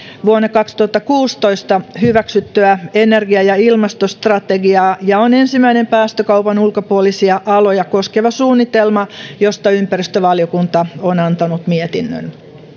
vuonna kaksituhattakuusitoista hyväksyttyä energia ja ilmastostrategiaa ja on ensimmäinen päästökaupan ulkopuolisia aloja koskeva suunnitelma josta ympäristövaliokunta on antanut mietinnön